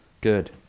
Good